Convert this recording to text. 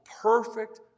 perfect